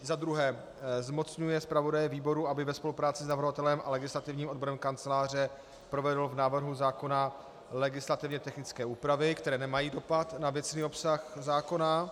za druhé zmocňuje zpravodaje výboru, aby ve spolupráci s navrhovatelem a legislativním odborem Kanceláře provedl v návrhu zákona legislativně technické úpravy, které nemají dopad na věcný obsah zákona;